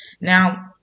Now